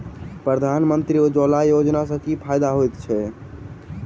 प्रधानमंत्री उज्जवला योजना सँ की फायदा होइत अछि?